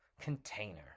container